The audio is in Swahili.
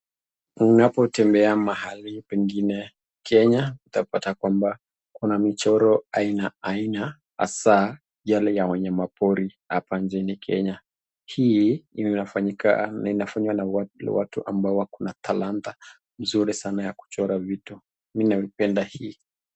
Unapotembea mahali pengine Kenya, utapata kwamba kuna michoro aina aina hasaa yale ya wanyama pori hapa nchini kenya. Hii inafanywa na watu ambao wako na talanta mzuri sana vya kuchora watu mimi navipenda hii.